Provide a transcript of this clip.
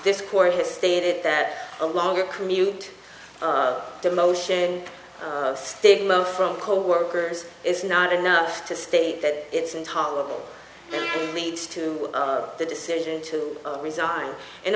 has stated that a longer commute demotion stigma from coworkers is not enough to state that it's intolerable leads to the decision to resign and